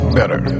better